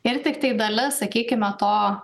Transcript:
ir tiktai dalis sakykime to